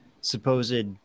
supposed